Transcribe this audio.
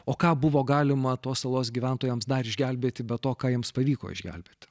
o ką buvo galima tos salos gyventojams dar išgelbėti be to ką jiems pavyko išgelbėti